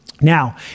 Now